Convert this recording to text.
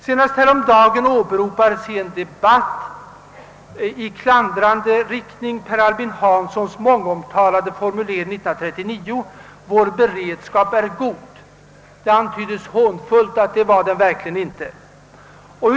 Senast häromdagen åberopades i en debatt i klandrande syfte Per Albin Hanssons mångomtalade formulering år 1939: »Vår beredskap är god.» Det antyddes hånfullt att den verkligen inte hade varit det.